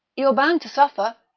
you're bound to suffer.